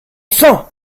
sang